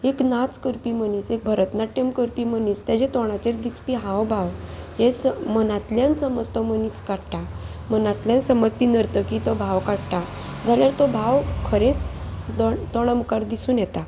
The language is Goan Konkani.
एक नाच करपी मनीस एक भरतनाट्यम करपी मनीस तेजे तोंडाचेर दिसपी हाव भाव हे स मनांतल्यान समज तो मनीस काडटा मनांतल्यान समज ती नर्तकी तो भाव काडटा जाल्यार तो भाव खरेंच तोंडां मुखार दिसून येता